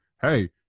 hey